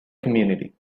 community